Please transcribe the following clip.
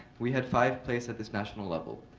we had five place at this national level.